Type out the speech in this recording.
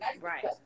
Right